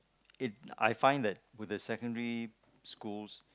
it I find that with the secondary schools